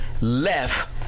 left